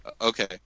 Okay